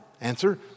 Answer